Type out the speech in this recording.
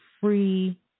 free